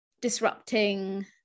disrupting